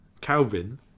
Calvin